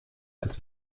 als